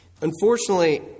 Unfortunately